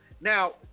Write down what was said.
now